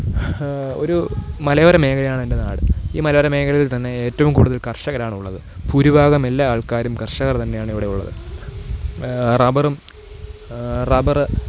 ഒരു മലയോരമേഖലയാണ് എന്റെ നാട് ഈ മലയോരമേഖലയില്ത്തന്നെ ഏറ്റവും കൂടുതല് കര്ഷകരാണുള്ളത് ഭൂരിഭാഗം എല്ലാ ആള്ക്കാരും കര്ഷകര് തന്നെയാണ് ഇവിടെ ഉള്ളത് റബറും റബറ്